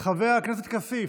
חבר הכנסת כסיף,